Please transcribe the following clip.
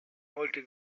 molti